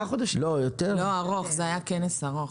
כנס ארוך.